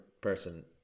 person